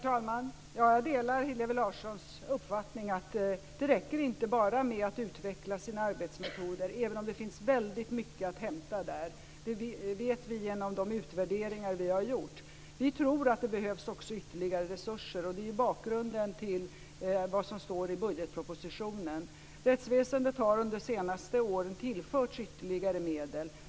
Herr talman! Jag delar Hillevi Larssons uppfattning, att det inte räcker bara med att utveckla sina arbetsmetoder, även om det finns väldigt mycket att hämta där. Det vet vi genom de utvärderingar som vi har gjort. Vi tror att det behövs ytterligare resurser. Det är bakgrunden till vad som står i budgetpropositionen. Rättsväsendet har under senaste år tillförts ytterligare medel.